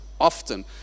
often